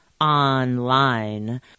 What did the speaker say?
online